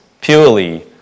purely